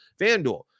fanduel